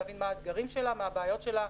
להבין מה האתגרים והבעיות שלה,